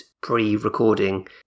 pre-recording